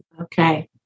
okay